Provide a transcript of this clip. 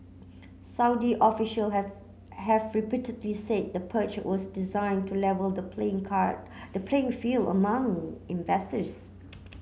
Saudi official have have repeatedly say the purge was designed to level the playing the playing field among investors